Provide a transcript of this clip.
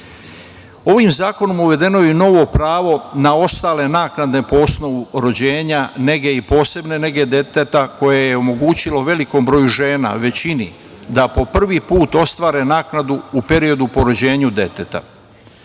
zakonom uvedeno je novi pravo na ostale naknade po osnovu rođenja, nege i posebne negde deteta koje je omogućilo velikom broju žena, većina, da po prvi put ostvare naknade u periodu po rođenju deteta.